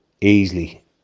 easily